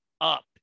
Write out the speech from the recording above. up